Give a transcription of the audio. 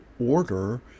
order